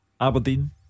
Aberdeen